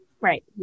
Right